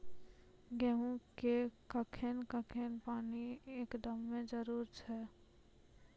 गेहूँ मे कखेन कखेन पानी एकदमें जरुरी छैय?